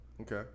Okay